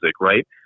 right